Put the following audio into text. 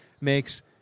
makes